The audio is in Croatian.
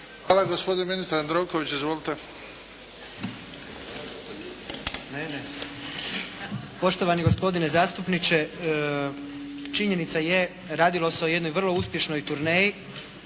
izvolite. **Jandroković, Gordan (HDZ)** Poštovani gospodine zastupniče, činjenica je, radilo se o jednoj vrlo uspješnoj turneji